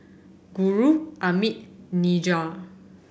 Guru Amit Niraj